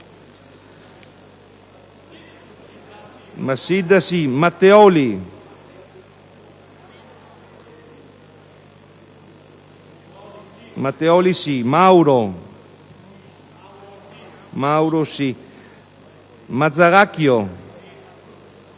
Matteoli, Mauro, Mazzaracchio,